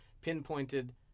pinpointed